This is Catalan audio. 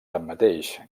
tanmateix